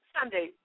Sunday